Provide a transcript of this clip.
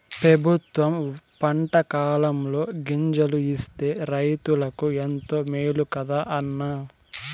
పెబుత్వం పంటకాలంలో గింజలు ఇస్తే రైతులకు ఎంతో మేలు కదా అన్న